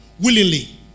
willingly